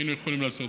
היינו יכולים לעשות.